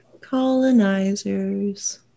colonizers